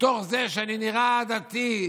מתוך זה שאני נראה דתי,